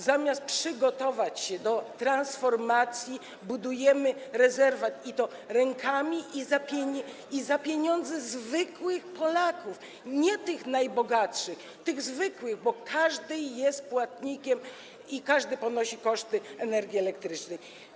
Zamiast przygotować się do transformacji, budujemy rezerwat, i to rękami i za pieniądze zwykłych Polaków, nie tych najbogatszych, tylko tych zwykłych, bo każdy jest płatnikiem i każdy ponosi koszty energii elektrycznej.